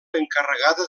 encarregada